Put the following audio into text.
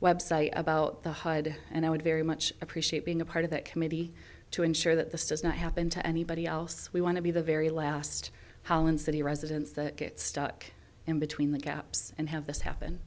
website about the hyde and i would very much appreciate being a part of that committee to ensure that this does not happen to anybody else we want to be the very last holland city residents that get stuck in between the gaps and have this happen